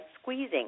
squeezing